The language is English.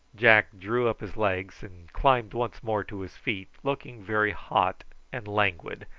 jack drew up his legs and climbed once more to his feet, looking very hot and languid,